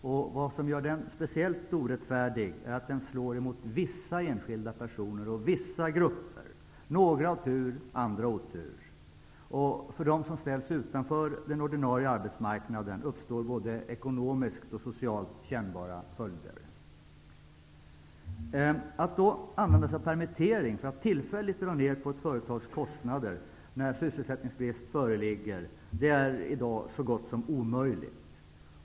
Och vad som gör den speciellt orättfärdig är att den slår mot vissa enskilda personer och vissa grupper. Några har tur, andra har otur. För dem som ställs utanför den ordinarie arbetsmarknaden uppstår både ekonomiskt och socialt kännbara följder. Att använda sig av permittering för att tillfälligt dra ned på ett företags kostnader när sysselsättningsbrist föreligger, är i dag så gott som omöjligt.